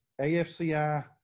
afci